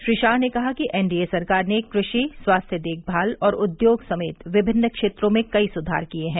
श्री शाह ने कहा कि एनडीए सरकार ने कृषि स्वास्थ्य देखभाल और उद्योग समेत विभिन्न क्षेत्रों में कई सुधार किए हैं